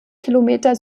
kilometer